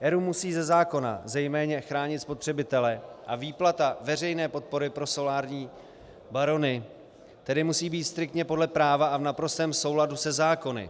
ERÚ musí ze zákona zejména chránit spotřebitele a výplata veřejné podpory pro solární barony tedy musí striktně být podle práva a v naprostém souladu se zákony.